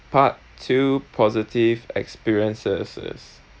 part two positive experiences